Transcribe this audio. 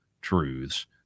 truths